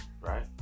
right